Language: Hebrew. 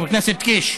חבר הכנסת קיש.